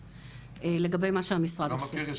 יותר.